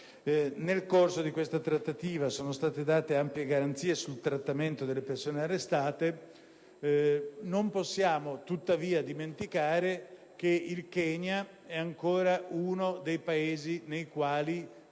Nel corso di questa trattativa sono state date ampie garanzie sul trattamento delle persone arrestate. Non possiamo tuttavia dimenticare che il Kenya è uno dei Paesi nei quali